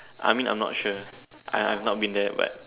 I mean I'm not sure I I've not been there but